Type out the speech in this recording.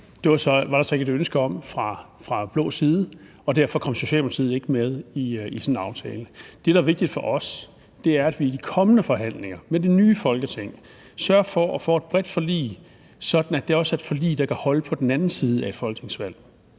Det var der så ikke et ønske om fra blå side, og derfor kom Socialdemokratiet ikke med i sådan en aftale. Det, der er vigtigt for os, er, at vi i de kommende forhandlinger med det nye Folketing sørger for at få et bredt forlig, sådan at det også er et forlig, der kan holde på den anden side af et folketingsvalg.